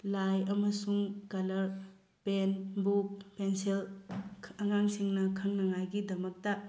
ꯂꯥꯏ ꯑꯃꯁꯨꯡ colour pen book pencil ꯑꯉꯥꯡꯁꯤꯡꯅ ꯈꯪꯅꯉꯥꯏꯒꯤꯗꯃꯛꯇ